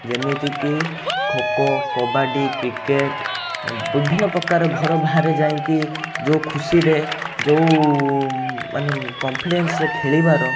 ଯେମିତିକି ଖୋକୋ କବାଡ଼ି କ୍ରିକେଟ୍ ଏଁ ବିଭିନ୍ନପ୍ରକାର ଘର ବାହାରେ ଯାଇକି ଯେଉଁ ଖୁସିରେ ଯେଉଁ ମାନେ କମ୍ଫଲିଏନ୍ସରେ ଖେଳିବାର